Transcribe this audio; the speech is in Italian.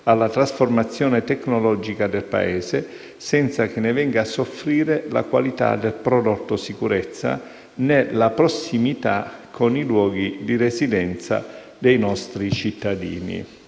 alla trasformazione tecnologica del Paese, senza che ne venga a soffrire la qualità del prodotto sicurezza, né la prossimità con i luoghi di residenza dei nostri cittadini.